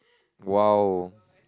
!wow!